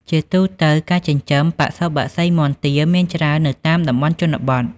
ជាទូទៅ ការចិញ្ចឹមបសុបក្សីមាន់ទាមានច្រើននៅតាមតំបន់ជនបទ